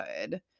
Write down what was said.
good